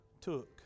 took